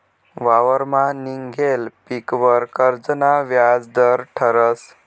वावरमा निंघेल पीकवर कर्जना व्याज दर ठरस